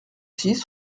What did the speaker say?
six